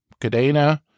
Cadena